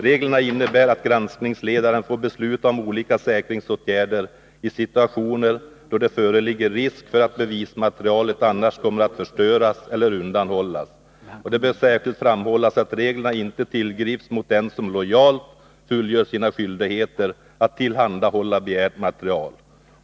Reglerna innebär att granskningsledaren får besluta om olika säkringsåtgärder i situationer då det föreligger risk för att bevismaterialet annars kommer att förstöras eller undanhållas. Det bör särskilt framhållas att reglerna inte tillgrips mot den som lojalt fullgör sina skyldigheter att tillhandahålla begärt material.